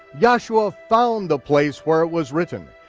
yahshua found the place where it was written,